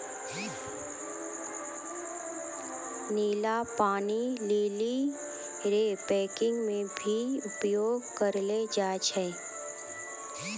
नीला पानी लीली रो पैकिंग मे भी उपयोग करलो जाय छै